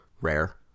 rare